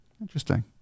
Interesting